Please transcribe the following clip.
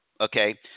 okay